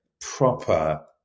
proper